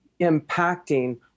impacting